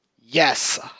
Yes